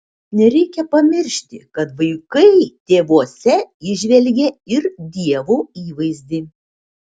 nereikia pamiršti kad vaikai tėvuose įžvelgia ir dievo įvaizdį